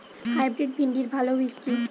Hybrid ভিন্ডির ভালো বীজ কি?